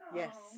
yes